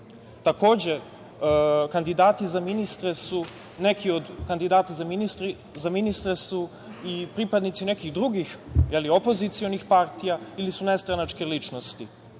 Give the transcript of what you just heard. neki od kandidata za ministre su i pripadnici nekih drugih, je li, opozicionih partija ili su nestranačke ličnosti.